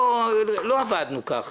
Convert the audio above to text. לא עבדנו כך.